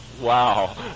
Wow